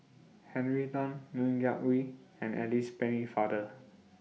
Henry Tan Ng Yak Whee and Alice Pennefather